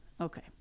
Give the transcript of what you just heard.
Okay